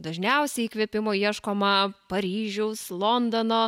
dažniausiai įkvėpimo ieškoma paryžiaus londono